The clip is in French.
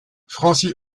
francis